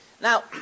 Now